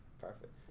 Perfect